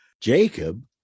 Jacob